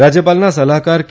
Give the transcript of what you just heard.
રાજ્યપાલના સલાહકાર કે